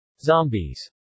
Zombies